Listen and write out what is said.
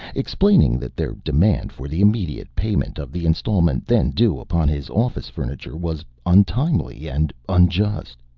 explaining that their demand for the immediate payment of the installment then due upon his office furniture was untimely and unjust.